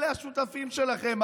אלה השותפים שלכם.